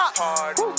party